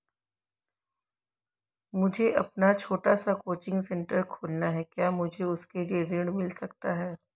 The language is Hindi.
मुझे अपना छोटा सा कोचिंग सेंटर खोलना है क्या मुझे उसके लिए ऋण मिल सकता है?